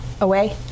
away